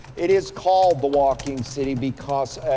it is called the walking city because,